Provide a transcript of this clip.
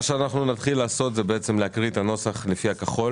נקרא את הצעת החוק לפי הנוסח הכחול